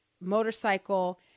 motorcycle